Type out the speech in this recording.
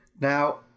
Now